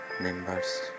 members